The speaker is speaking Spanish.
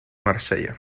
marsella